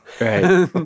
Right